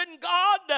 God